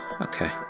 Okay